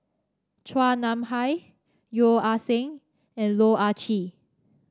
Chua Nam Hai Yeo Ah Seng and Loh Ah Chee